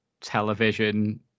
television